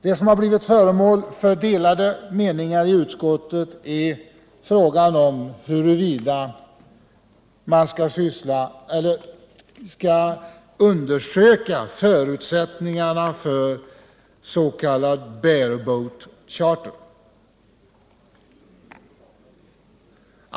Det som blivit föremål för delade meningar i utskottet är frågan huruvida man skall undersöka förutsättningarna för s.k. bare-boat charter.